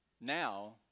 now